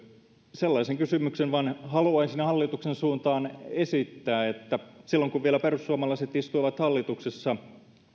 tällaisen kysymyksen vain haluaisin hallituksen suuntaan esittää silloin kun vielä perussuomalaiset istuivat hallituksessa